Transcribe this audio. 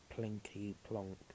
plinky-plonk